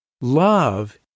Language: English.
Love